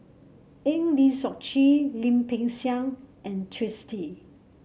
Eng Lee Seok Chee Lim Peng Siang and Twisstii